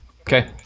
okay